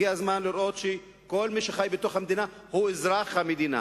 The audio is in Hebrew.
הגיע הזמן לראות שכל מי שחי במדינה הוא אזרח המדינה